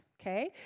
okay